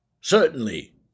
Certainly